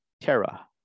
Terra